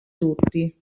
tutti